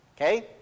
Okay